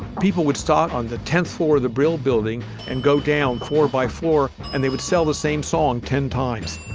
people would start on the tenth floor of the brill building and go down four by four and they would sell the same song ten times.